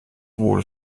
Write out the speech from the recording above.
wohl